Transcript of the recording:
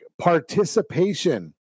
participation